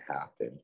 happen